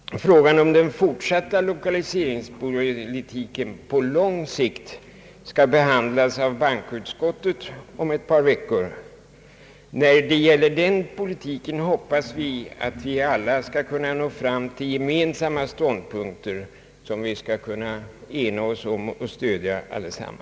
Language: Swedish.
Frågan om den fortsatta lokaliseringspolitiken på lång sikt behandlas av bankoutskottet och skall debatteras om ett par veckor. Vad gäller den politiken hoppas man att vi skall nå fram till gemensamma ståndpunkter, som vi alla skall kunna enas om och stödja.